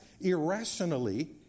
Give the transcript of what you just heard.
irrationally